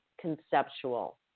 conceptual